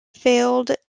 failed